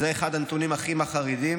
זה אחד הנתונים הכי מחרידים.